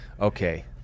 okay